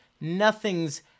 Nothing's